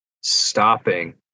stopping